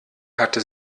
hatte